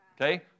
okay